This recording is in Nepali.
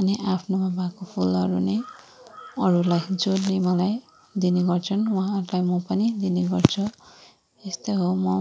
अनि आफ्नोमा भएको फुलहरू नि अरूलाई जसले मलाई दिने गर्छन् उहाँहरूलाई म पनि दिने गर्छु यस्तै हो म